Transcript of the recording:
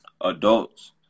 adults